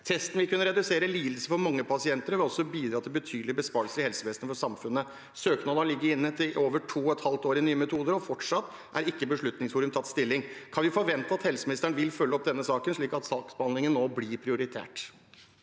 Testen vil kunne redusere lidelser for mange pasienter og vil også bidra til betydelige besparelser i helsevesenet og for samfunnet. Søknaden har ligget inne i over to og et halvt år i Nye metoder, og fortsatt har ikke Beslutningsforum tatt stilling. Kan vi forvente at helseministeren vil følge opp denne saken, slik at saksbehandlingen nå blir prioritert?